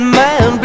man